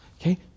Okay